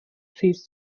seeds